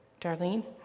Darlene